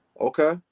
Okay